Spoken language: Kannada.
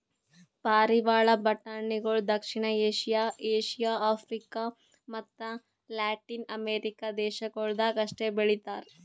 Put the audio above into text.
ಪಾರಿವಾಳ ಬಟಾಣಿಗೊಳ್ ದಕ್ಷಿಣ ಏಷ್ಯಾ, ಏಷ್ಯಾ, ಆಫ್ರಿಕ ಮತ್ತ ಲ್ಯಾಟಿನ್ ಅಮೆರಿಕ ದೇಶಗೊಳ್ದಾಗ್ ಅಷ್ಟೆ ಬೆಳಿತಾರ್